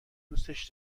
دوستش